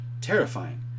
terrifying